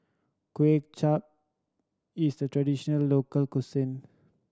Kuay Chap is a traditional local cuisine